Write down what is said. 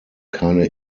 keine